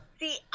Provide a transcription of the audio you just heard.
See